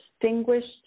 distinguished